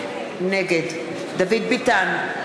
נגד דוד ביטן,